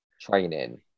training